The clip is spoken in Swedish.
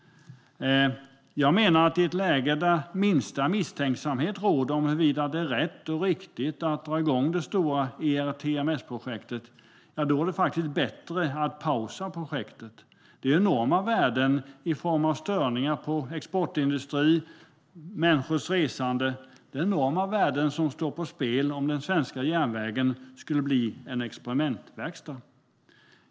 I ett läge där minsta misstänksamhet råder om huruvida det är rätt och riktigt att dra igång det stora ERTMS-projektet menar jag att det faktiskt är bättre att pausa projektet. Enorma värden i form av störningar på vår exportindustri och beträffande människors resande står på spel om den svenska järnvägen skulle bli en experimentverkstad.